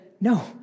no